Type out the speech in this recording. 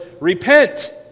repent